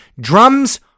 drums